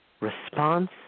response